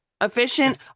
Efficient